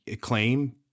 claim